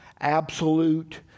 absolute